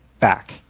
back